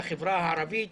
לחברה הערבית,